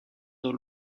dans